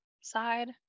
side